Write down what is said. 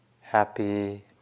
happy